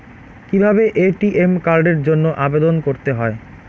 কিভাবে এ.টি.এম কার্ডের জন্য আবেদন করতে হয়?